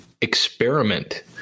experiment